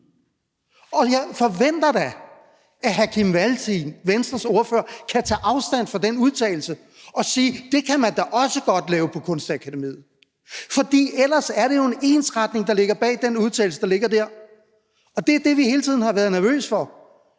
og jeg forventer da, at hr. Kim Valentin, Venstres ordfører, kan tage afstand fra den udtalelse og sige, at det kan man også godt lave på kunstakademiet; for ellers er det jo et ønske om ensretning, der ligger bag den udtalelse, der ligger der. Og det er det, vi hele tiden har været nervøse for.